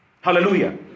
Hallelujah